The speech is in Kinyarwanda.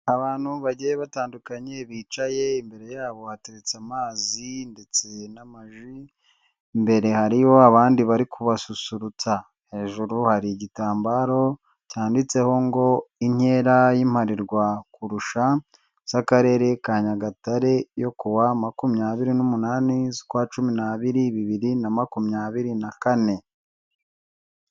Abantu bagiye batandukanye bicaye, imbere yabo hateretse amazi ndetse n'amaji, imbere hariho abandi bari kubasusurutsa, hejuru hari igitambaro cyanditseho ngo inkera y'imparirwa kurusha z'akarere ka Nyagatare yo ku wa makumyabiri' numunani z'ukwacumi n'abiri, bibiri na makumyabiri na kane.